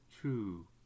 True